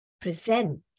present